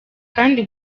kandi